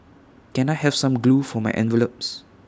can I have some glue for my envelopes